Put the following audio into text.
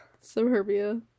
Suburbia